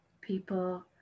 people